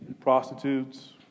prostitutes